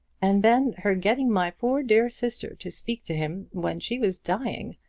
and then her getting my poor dear sister to speak to him when she was dying!